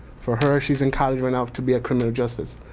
for her, she's in college right now to be a criminal justice.